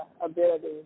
ability